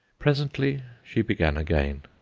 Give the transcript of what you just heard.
presently she began again.